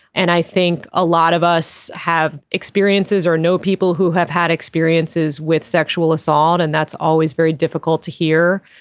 and i think a lot of us have experiences or know people who have had experiences with sexual assault and that's always very difficult to hear.